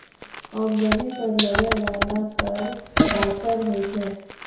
आमदनी पर लगै बाला कर आयकर होय छै